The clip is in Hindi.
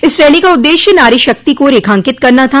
इस रैली का उद्देश्य नारी शक्ति को रेखांकित करना था